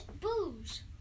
booze